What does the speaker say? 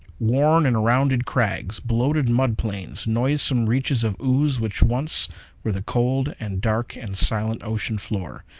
worn and rounded crags bloated mud-plains noisome reaches of ooze which once were the cold and dark and silent ocean floor,